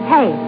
Hey